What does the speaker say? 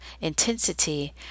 intensity